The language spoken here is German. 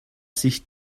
sich